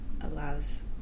allows